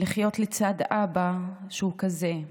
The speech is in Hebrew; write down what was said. וחייתי לצד אבא שהוא כזה.